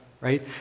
right